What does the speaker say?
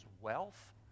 wealth